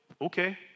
Okay